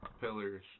pillars